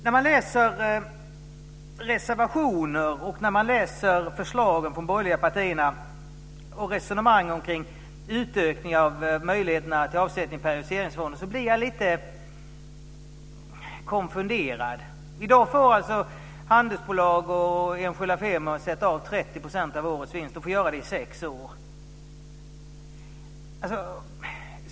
När jag läser reservationer och förslag från de borgerliga partierna och följer deras resonemang omkring utökning av möjligheterna till avsättning i periodiseringsfonder så blir jag lite konfunderad. I 30 % av årets vinst i sex år.